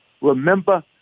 remember